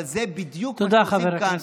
אבל זה בדיוק מה שעושים כאן.